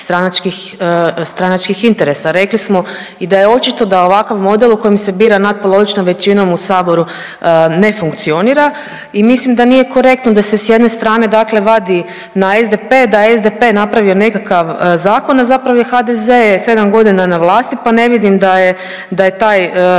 stranačkih interesa. Rekli smo i da je očito da ovakav model u kojem se bira natpolovičnom većinom u Saboru ne funkcionira i mislim da nije korektno da se s jedne strane, dakle vadi na SDP, da je SDP napravio zakon a zapravo je HDZ sedam godina na vlasti pa ne vidim da je taj